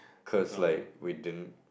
cause like we din